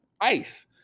ice